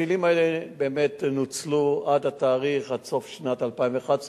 הכללים האלה באמת נוצלו עד סוף שנת 2011,